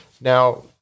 Now